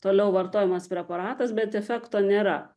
toliau vartojamas preparatas bet efekto nėra